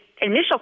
initial